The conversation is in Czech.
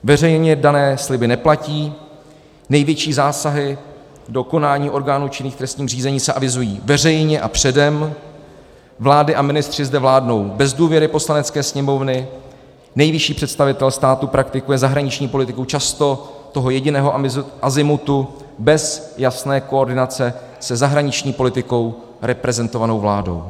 Veřejně dané sliby neplatí, největší zásahy do konání orgánů činných v trestním řízení se avizují veřejně a předem, vlády a ministři zde vládnou bez důvěry Poslanecké sněmovny, nejvyšší představitel státu praktikuje zahraniční politiku často toho jediného azimutu bez jasné koordinace se zahraniční politikou reprezentovanou vládou.